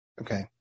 Okay